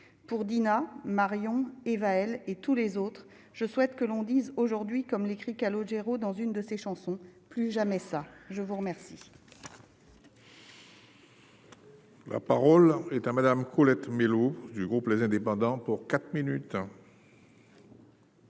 pour Dina Marion Éva, elle et tous les autres, je souhaite que l'on dise aujourd'hui, comme l'écrit Calogero dans une de ses chansons, plus jamais ça, je vous remercie. La parole est à Madame Colette Mélot du groupe, les indépendants pour 4 minutes.